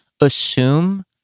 assume